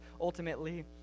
ultimately